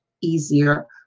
easier